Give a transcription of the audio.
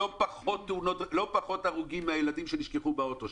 לא פחות הרוגים מהילדים שנשכחו באוטו,